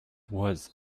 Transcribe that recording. was